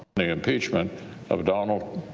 the impeachment of donald.